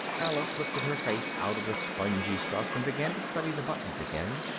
alice lifted her face out of the sponge stuff and began to study the buttons again.